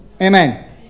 Amen